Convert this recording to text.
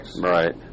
Right